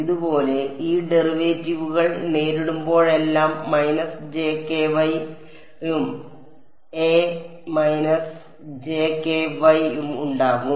അതുപോലെ ഈ ഡെറിവേറ്റീവുകൾ നേരിടുമ്പോഴെല്ലാം a ഉം a ഉം ഉണ്ടാകും